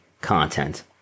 content